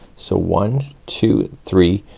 so one two three,